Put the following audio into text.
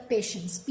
Patients